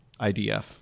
idf